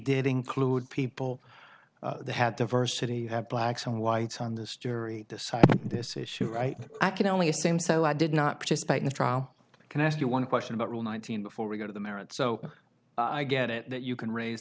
did include people had diversity had blacks and whites on this jury decide this issue right i can only assume so i did not participate in the trial can i ask you one question about rule nineteen before we go to the merits so i get it that you can raise